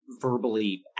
verbally